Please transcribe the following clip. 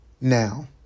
now